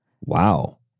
Wow